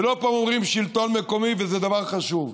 ולא פעם אומרים שלטון מקומי, וזה דבר חשוב,